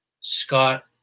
Scott